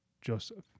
Joseph